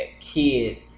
kids